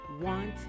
want